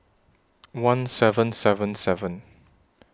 one seven seven seven